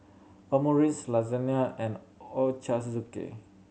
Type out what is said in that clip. Omurice Lasagne and Ochazuke